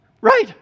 right